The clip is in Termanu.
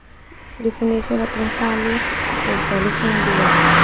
Lifun esa natun valu losa lifun dua.